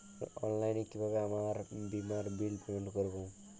অনলাইনে কিভাবে আমার বীমার বিল পেমেন্ট করবো?